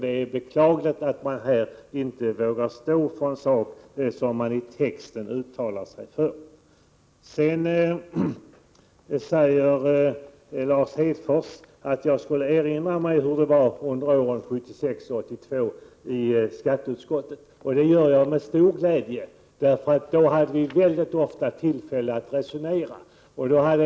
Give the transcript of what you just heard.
Det är beklagligt att ni inte vågar stå för en sak som ni i texten uttalar er för. Sedan säger Lars Hedfors att jag skulle erinra mig hur det var under åren 1976-1982 i skatteutskottet. Det gör jag med stor glädje. Då hade vi mycket ofta tillfälle att resonera.